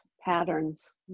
patterns